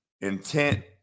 intent